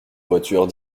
voiture